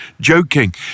joking